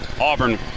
Auburn